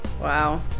wow